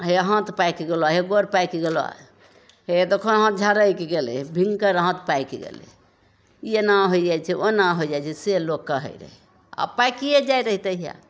हे हाथ पाकि गेलऽ हे गोर पाकि गेलऽ हे देखहऽ हाथ झरैक गेलै हिनकर हाथ पाकि गेलै ई एना होइ जाइ छै ओना होइ जाइ छै से लोक कहै रहै आ पाकिये जाइ रहै तहिया